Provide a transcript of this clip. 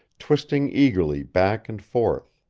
twisting eagerly back and forth.